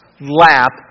lap